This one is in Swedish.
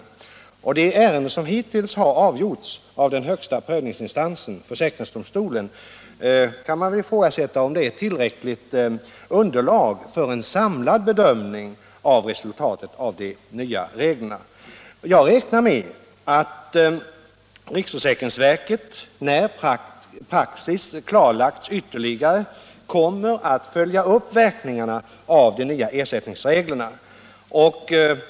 Det kan ifrågasättas om de ärenden som hittills har avgjorts av den högsta prövningsinstansen, försäkringsdomstolen, är ett tillräckligt stort underlag för en samlad bedömning av resultatet av de nya reglerna. Jag räknar med att riksförsäkringsverket när praxis klarlagts ytterligare kommer att följa upp verkningarna av de nya ersättningsreglerna.